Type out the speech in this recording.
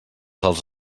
dels